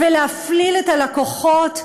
ולהפליל את הלקוחות,